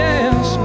Yes